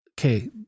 Okay